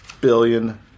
billion